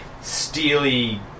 steely